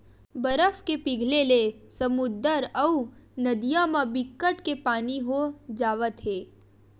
बरफ के पिघले ले समुद्दर अउ नदिया म बिकट के पानी हो जावत हे